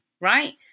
right